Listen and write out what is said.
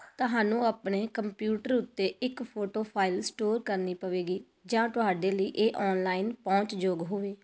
ਤੁਹਾਨੂੰ ਆਪਣੇ ਕੰਪਿਊਟਰ ਉੱਤੇ ਇੱਕ ਫੋਟੋ ਫਾਈਲ ਸਟੋਰ ਕਰਨੀ ਪਵੇਗੀ ਜਾਂ ਤੁਹਾਡੇ ਲਈ ਇਹ ਔਨਲਾਈਨ ਪਹੁੰਚਯੋਗ ਹੋਵੇ